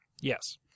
Yes